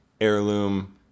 heirloom